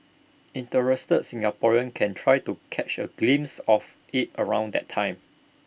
interested Singaporeans can try to catch A glimpse of IT around that time